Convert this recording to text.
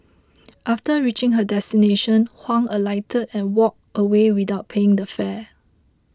after reaching her destination Huang alighted and walked away without paying the fare